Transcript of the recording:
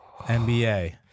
NBA